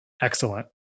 excellent